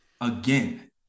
again